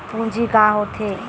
पूंजी का होथे?